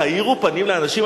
תאירו פנים לאנשים,